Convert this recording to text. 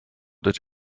that